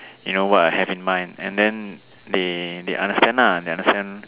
you know what I have in mind and then they they understand lah they understand